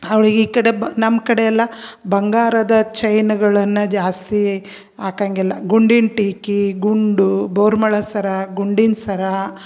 ಅವ್ಳಿಗೆ ಈ ಕಡೆ ಬ ನಮ್ಮ ಕಡೆಯೆಲ್ಲ ಬಂಗಾರದ ಚೈನ್ಗಳನ್ನು ಜಾಸ್ತಿ ಹಾಕಂಗಿಲ್ಲ ಗುಂಡೀನ ಟೀಕಿ ಗುಂಡು ಬೋರ್ಮಳದ ಸರ ಗುಂಡಿನ್ನ ಸರಾ